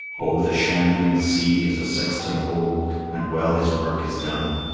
oh, the shambling sea is a sexton old, and well his work is done.